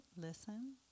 Listen